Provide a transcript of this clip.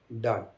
Done